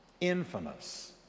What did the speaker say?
Infamous